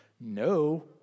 No